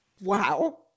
Wow